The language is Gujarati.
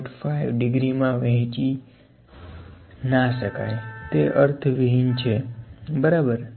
5 ડિગ્રી મા વહેંચી ના શકાય તે અર્થવિહિન છે બરાબર